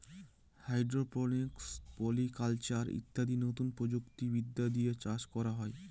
hydroponics, polyculture ইত্যাদি নতুন প্রযুক্তি বিদ্যা দিয়ে চাষ করা হয়